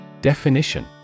Definition